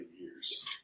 years